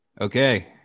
Okay